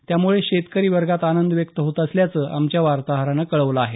यामुळे शेतकरी वर्गात आनंद व्यक्त होत असल्याचं आमच्या वार्ताहरानं कळवलं आहे